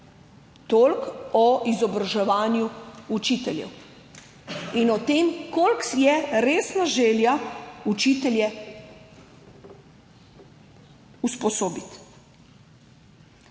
Toliko o izobraževanju učiteljev in o tem, koliko je resna želja učitelje usposobiti.